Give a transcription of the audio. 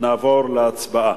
נעבור להצבעה.